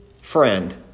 friend